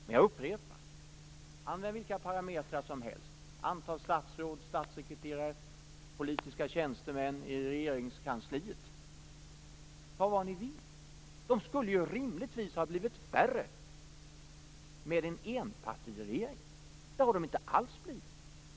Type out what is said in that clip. Men jag upprepar: Använd vilka parametrar som helst - antalet statsråd, statssekreterare, politiska tjänstemän i Regeringskansliet eller vad ni vill - så skulle dessa rimligtvis ha blivit färre med en enpartiregering. Så har det inte alls blivit.